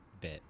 bit